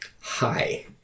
Hi